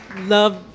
love